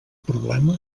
problema